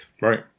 Right